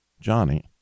Johnny